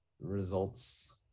results